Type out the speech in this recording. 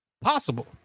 possible